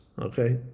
okay